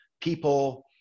people